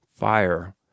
Fire